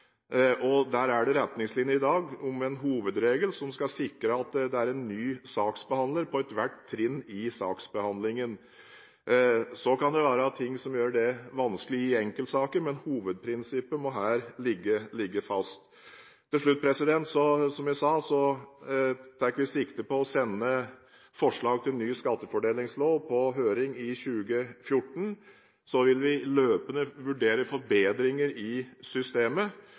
hovedregel som skal sikre at det er en ny saksbehandler på ethvert trinn i saksbehandlingen. Det kan være ting som gjør det vanskelig i enkeltsaker, men hovedprinsippet må her ligge fast. Til slutt: Som jeg sa, tar vi sikte på å sende forslag til ny skattefordelingslov på høring i 2014. Vi vil løpende vurdere forbedringer i systemet